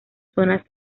zonas